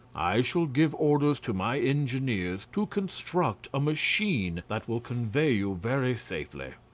i shall give orders to my engineers to construct a machine that will convey you very safely.